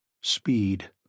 Speed